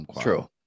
True